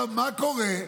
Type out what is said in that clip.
מה קורה?